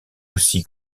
aussi